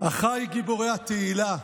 אחיי גיבורי התהילה,